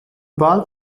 bald